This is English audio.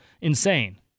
insane